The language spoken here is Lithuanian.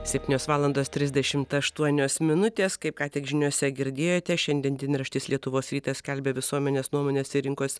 septynios valandos trisdešimt aštuonios minutės kaip ką tik žiniose girdėjote šiandien dienraštis lietuvos rytas skelbia visuomenės nuomonės ir rinkos